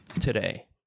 today